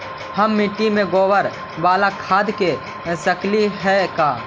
हम मिट्टी में गोबर बाला खाद दे सकली हे का?